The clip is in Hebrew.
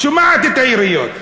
שומעת את היריות.